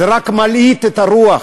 זה רק מלהיט את הרוח,